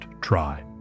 try